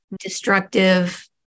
destructive